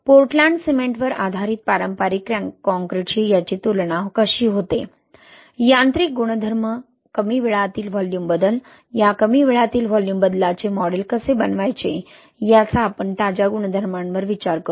Portland सिमेंटवर आधारित पारंपरिक कॉंक्रिटशी त्याची तुलना कशी होते यांत्रिक गुणधर्म कमी वेळातील व्हॉल्यूम बदल या कमी वेळातील व्हॉल्यूम बदलाचे मॉडेल कसे बनवायचे याचा आपण ताज्या गुणधर्मांवर विचार करू